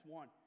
one